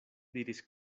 diris